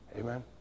Amen